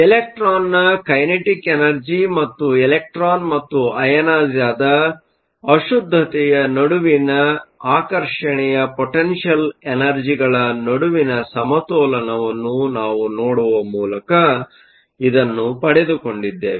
ಎಲೆಕ್ಟ್ರಾನ್ನ kinetic energy ಮತ್ತು electron ಮತ್ತು ಅಯನೈಸ಼್ ಆದ ಅಶುದ್ಧತೆಯ ನಡುವಿನ ಆಕರ್ಷಣೆಯ ಪೊಟೆನ್ಷಿಯಲ್ ಎನರ್ಜಿಗಳ ನಡುವಿನ ಸಮತೋಲನವನ್ನು ನೋಡುವ ಮೂಲಕ ನಾವು ಇದನ್ನು ಪಡೆದುಕೊಂಡಿದ್ದೇವೆ